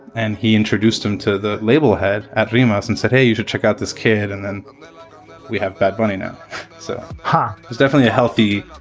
and he introduced him to the label head at ramos and said, hey, you should check out this kid and then we have bonino, so huh? there's definitely a healthy,